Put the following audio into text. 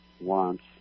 wants